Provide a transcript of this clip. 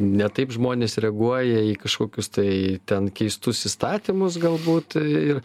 ne taip žmonės reaguoja į kažkokius tai ten keistus įstatymus galbūt ir